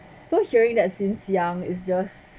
so hearing that since young it's just